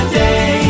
day